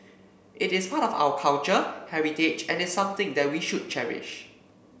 it is part of our culture heritage and is something that we should cherish